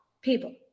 people